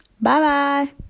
Bye-bye